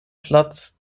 platz